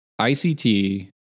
ICT